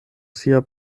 sia